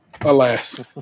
Alas